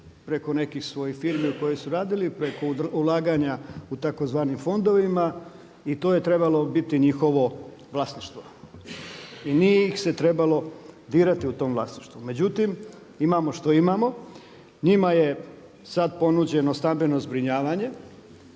preko nekih svojih firmi preko ulaganja u tzv. fondovima i to je trebalo biti njihovo vlasništvo i nije ih se trebalo dirati u tom vlasništvu. Međutim, imamo što imamo, njima je sada ponuđeno stambeno zbrinjavanje,